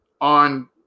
on